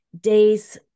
days